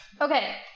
Okay